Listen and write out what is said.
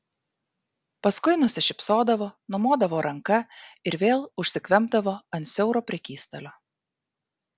paskui nusišypsodavo numodavo ranka ir vėl užsikvempdavo ant siauro prekystalio